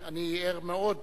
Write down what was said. אני ער מאוד